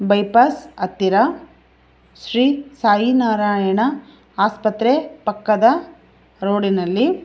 bypass ಹತ್ತಿರ ಶ್ರೀ ಸಾಯಿ ನಾರಾಯಣ ಆಸ್ಪತ್ರೆ ಪಕ್ಕದ ರೋಡಿನಲ್ಲಿ